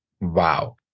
Wow